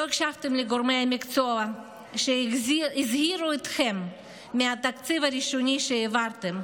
לא הקשבתם לגורמי המקצוע שהזהירו אתכם מהתקציב הראשוני שהעברתם,